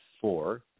four